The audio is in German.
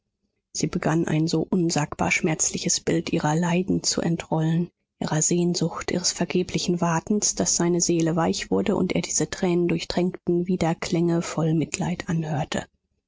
sie begann ein so unsagbar schmerzliches bild ihrer leiden zu entrollen ihrer sehnsucht ihres vergeblichen wartens daß seine seele weich wurde und er diese tränendurchtränkten widerklänge voll mitleid anhörte